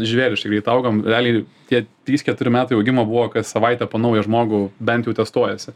žvėriškai greit augam realiai tie trys keturi metai augimo buvo kas savaitę po naują žmogų bent jau testuojasi